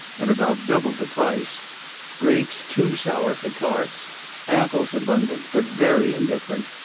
and about double the price grapes too sour for tarts apples abundant, but very indifferent,